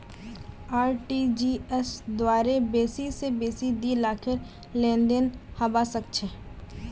RTGS द्वारे बेसी स बेसी दी लाखेर लेनदेन हबा सख छ